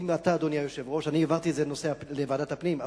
אני העברתי את הנושא לוועדת הפנים,